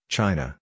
China